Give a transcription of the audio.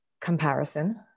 comparison